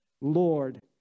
lord